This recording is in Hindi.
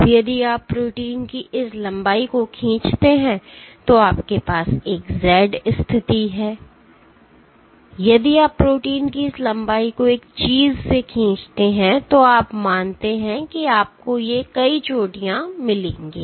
अब यदि आप प्रोटीन की इस लंबाई को खींचते हैं और आपके पास एक Z स्थिति है यदि आप प्रोटीन की इस लंबाई को एक चीज से खींचते हैं तो आप मानते हैं कि आपको ये कई चोटियां मिलेंगी